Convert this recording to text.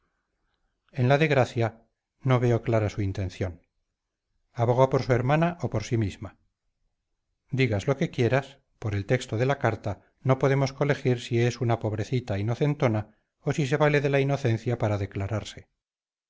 en la de gracia no veo clara su intención aboga por su hermana o por sí misma digas lo que quieras por el texto de la carta no podemos colegir si es una pobrecita inocentona o si se vale de la inocencia para declararse